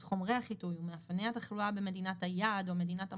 חומר החיטוי ומאפייני התחלואה במדינת היעד או מדינת המוצא,